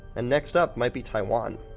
and next up, might be taiwan.